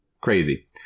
crazy